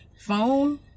phone